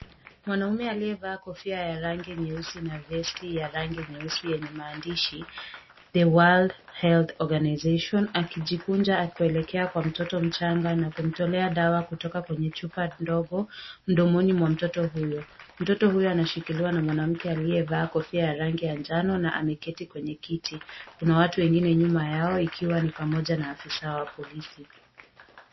Mwanamume aliyevaa kofia ya rangi nyeusi na vesti ya rangi nyeusi yenye maandishi, The World Health Organization, akijikunja akielekea kwa mtoto mchanga na kumtolea dawa kutoka kwenye chupa ndogo mdomoni mwa mtoto huyo. Mtoto huyo anashikiliwa na mwanamke aliyevaa kofia ya rangi ya njano na ameketi kwenye kiti. Kuna watu wengine nyuma yao ikiwa ni pamoja na afisa wa polisi.